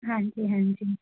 ਹਾਂਜੀ ਹਾਂਜੀ